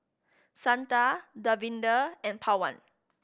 Santha Davinder and Pawan